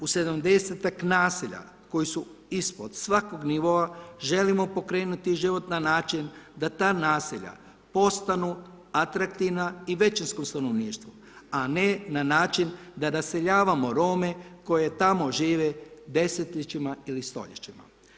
U 70-tak naselja koji su ispod svakog nivoa želimo pokrenuti život na način da ta naselja postanu atraktivna i većinskom stanovništvu, a ne na način da raseljavamo Rome koji tamo žive desetljećima ili stoljećima.